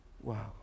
Wow